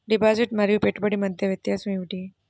Deposit మరియు పెట్టుబడి మధ్య వ్యత్యాసం ఏమిటీ?